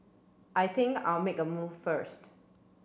I think I'll make a move first